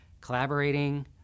collaborating